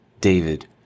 David